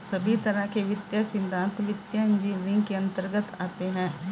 सभी तरह के वित्तीय सिद्धान्त वित्तीय इन्जीनियरिंग के अन्तर्गत आते हैं